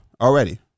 already